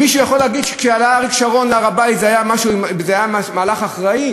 מישהו יכול להגיד שכשעלה אריק שרון להר-הבית זה היה מהלך אחראי?